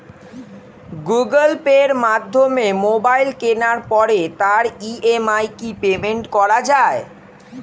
Google পের মাধ্যমে mobile কেনার পরে তার ই.এম.আই কি পেমেন্ট করা যায়?